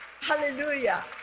Hallelujah